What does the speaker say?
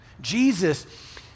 Jesus